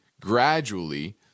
gradually